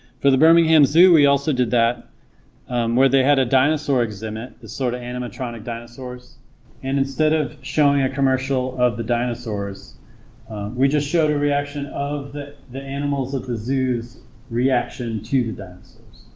for the birmingham zoo we also did that where they had a dinosaur exhibit this sort of animatronic dinosaurs and instead of showing a commercial of the dinosaurs we just showed a reaction of the the animals of the zoo's reaction to dinosaurs,